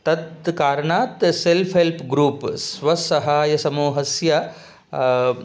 तत् कारणात् self help group स्वसहायसमूहस्य